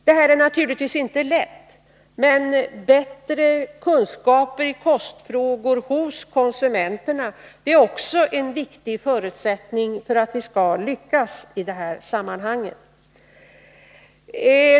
Det här är naturligtvis inte lätt, men bättre kunskaper i kostfrågor hos konsumenterna är också en viktig förutsättning för att vi skall lyckas i detta sammanhang.